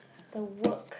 the work